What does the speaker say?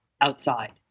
outside